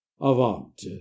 Avant